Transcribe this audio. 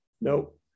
Nope